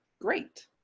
great